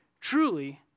Truly